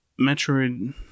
Metroid